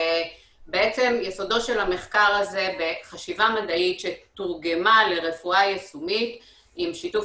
ובעצם יסודו של המחקר הזה בחשיבה מדעית שתורגמה לרפואה יישומית עם שיתוף